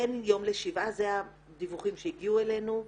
בין יום לשבעה זה הדיווחים שהגיעו אלינו.